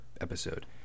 episode